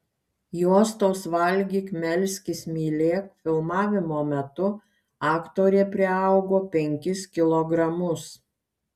juostos valgyk melskis mylėk filmavimo metu aktorė priaugo penkis kilogramus